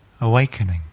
awakening